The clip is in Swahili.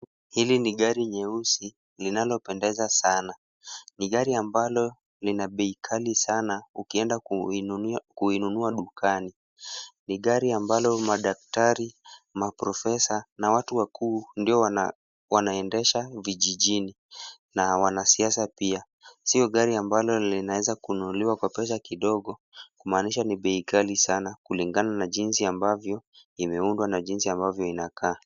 Hili ni gari nyeusi linalopendeza sana. Ni gari ambalo lina bei kali sana ukienda kuinunua dukani. Ni gari ambalo madaktari, maprofesa na watu wakuu ndio wanaendesha vijijini na wanasiasa pia. Sio gari ambalo linaweza kununuliwa kwa pesa kidogo kumaanisha ni bei ghali sana kulingana na jinsi ambavyo imeundwa na jinsi ambavyo inakaa.